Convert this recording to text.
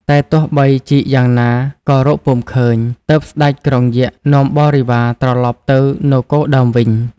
តែទោះបីជីកយ៉ាងណាក៏រកពុំឃើញ ទើបស្ដេចក្រុងយក្ខ នាំបរិវារត្រឡប់ទៅនគរដើមវិញ។